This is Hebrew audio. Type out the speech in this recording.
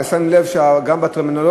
אתה שם לב שגם בטרמינולוגיה,